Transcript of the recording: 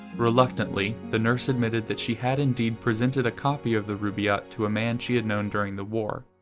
reluctantly, the nurse admitted that she had indeed presented a copy of the rubaiyat to a man she had known during the war.